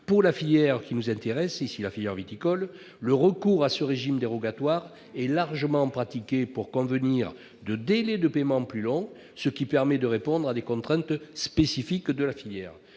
Pour la filière viticole, le recours à ce régime dérogatoire est largement pratiqué pour convenir de délais de paiement plus longs, ce qui permet de répondre à des contraintes spécifiques de la filière.